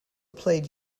played